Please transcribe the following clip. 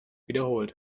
wiederholt